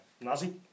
Nazi